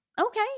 Okay